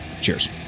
Cheers